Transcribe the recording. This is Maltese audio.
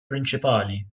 prinċipali